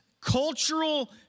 cultural